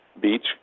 beach